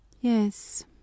yes